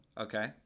Okay